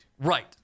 Right